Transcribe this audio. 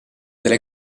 delle